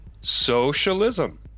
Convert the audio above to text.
socialism